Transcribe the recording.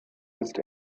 ist